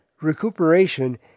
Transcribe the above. recuperation